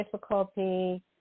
difficulty